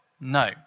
No